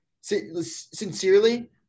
sincerely